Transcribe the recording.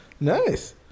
Nice